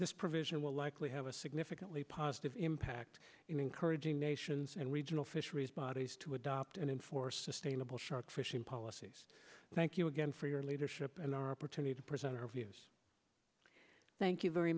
this provision will likely have a significantly positive impact in encouraging nations and regional fisheries bodies to adopt and in for sustainable shark fishing policies thank you again for your leadership and our opportunity to present our views thank you very